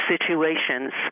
situations